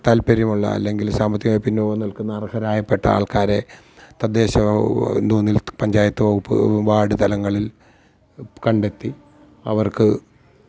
താല്പ്പര്യമുള്ള അല്ലെങ്കിൽ സാമ്പത്തികമായി പിന്നോക്കം നില്ക്കുന്ന അര്ഹരായപ്പെട്ട ആള്ക്കാരെ തദ്ദേശ എന്തോന്നില് പഞ്ചായത്ത് വകുപ്പ് വാര്ഡ് തലങ്ങളില് കണ്ടെത്തി അവര്ക്ക്